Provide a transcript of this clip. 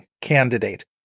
candidate